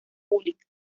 pública